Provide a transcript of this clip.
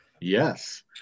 Yes